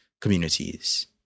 communities